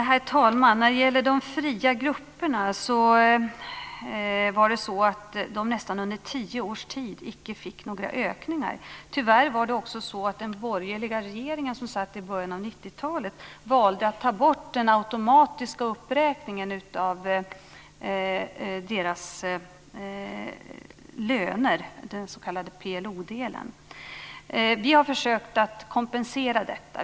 Herr talman! De fria grupperna fick under nästan tio års tid icke några ökningar. Tyvärr valde den borgerliga regering som satt i början av 90-talet också att ta bort den automatiska uppräkningen av deras löner, den s.k. PLO-delen. Vi har försökt att kompensera detta.